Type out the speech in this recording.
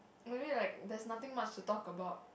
maybe like there's nothing much to talk about